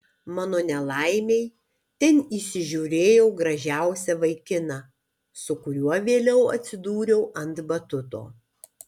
mano nelaimei ten įsižiūrėjau gražiausią vaikiną su kuriuo vėliau atsidūriau ant batuto